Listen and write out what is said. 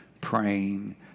praying